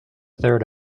third